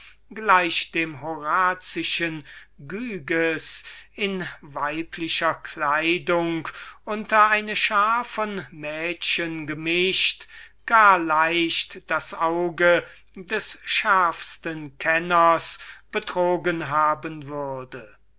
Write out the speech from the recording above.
gleich dem schönen liebling des horaz in weiblicher kleidung unter einer schar von mädchen gemischt gar leicht das auge des schärfsten kenners betrogen haben würde